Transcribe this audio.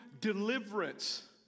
deliverance